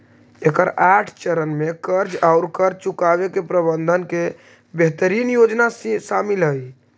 एकर आठ चरण में कर्ज औउर कर्ज चुकावे के प्रबंधन के बेहतरीन योजना शामिल हई